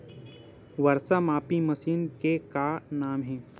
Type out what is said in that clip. वर्षा मापी मशीन के का नाम हे?